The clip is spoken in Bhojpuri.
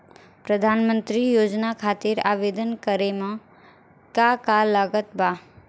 प्रधानमंत्री योजना खातिर आवेदन करे मे का का लागत बा?